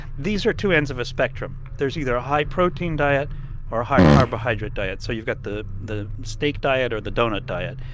these are two ends of a spectrum. there's either a high-protein diet or a high-carbohydrate diet. so you've got the the steak diet or the doughnut diet.